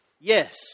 yes